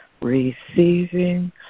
receiving